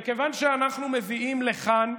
אנחנו מביאים לכאן,